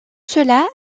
cela